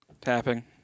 tapping